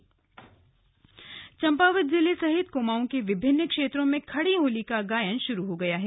slug खड़ी होली गायन चंपावत जिले सहित कुमाऊं के विभिन्न क्षेत्रों में खड़ी होली का गायन शुरू हो गया है